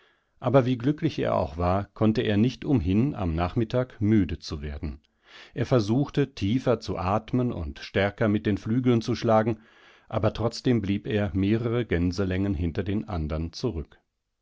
aber wie glücklich er auch war konnte er nicht umhin am nachmittag müde zu werden er versuchte tiefer zu atmen und stärker mit den flügeln zu schlagen aber trotzdem blieb er mehreregänselängenhinterdenandernzurück als die wilden gänse die zu